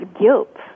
guilt